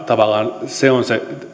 tavallaan se on